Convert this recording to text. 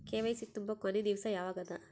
KYC ತುಂಬೊ ಕೊನಿ ದಿವಸ ಯಾವಗದ?